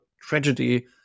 tragedy